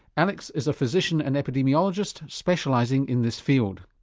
alex is a physician and epidemiologist specialising in this field.